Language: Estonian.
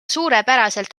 suurepäraselt